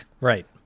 Right